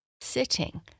sitting